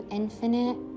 infinite